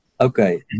Okay